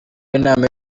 w’inama